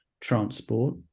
transport